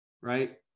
right